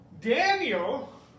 Daniel